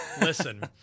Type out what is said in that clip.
listen